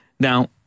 Now